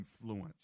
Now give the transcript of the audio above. influence